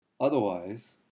Otherwise